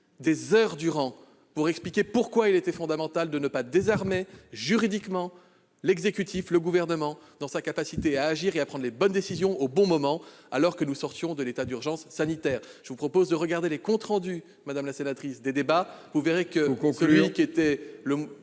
des heures durant pour expliquer pourquoi il était fondamental de ne pas désarmer juridiquement l'exécutif, le Gouvernement, dans sa capacité à agir et à prendre les bonnes décisions au bon moment alors que nous sortions de l'état d'urgence sanitaire. Je vous propose, madame la sénatrice, de relire les comptes rendus des débats : vous y verrez que je n'étais